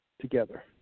Together